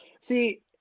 see